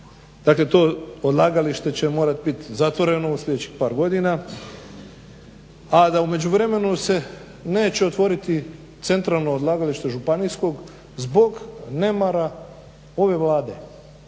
Dakle to odlagalište će morat bit zatvoreno u sljedećih par godina a da u međuvremenu se neće otvoriti centralno odlagalište županijskog zbog nemara ove Vlade,